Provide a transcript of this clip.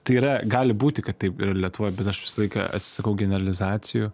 tai yra gali būti kad taip yra lietuvoj bet aš visą laiką atsisakau generalizacijų